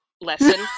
lesson